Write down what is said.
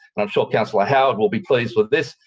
and sure councillor howard will be pleased with this.